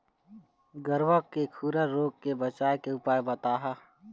गरवा के खुरा रोग के बचाए के उपाय बताहा?